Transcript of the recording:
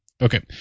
Okay